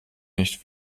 nicht